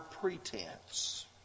pretense